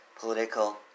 political